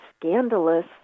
scandalous